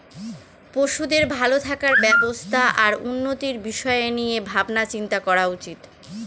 পশুদের ভালো থাকার ব্যবস্থা আর উন্নতির বিষয় নিয়ে ভাবনা চিন্তা করা উচিত